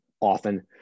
often